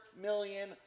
million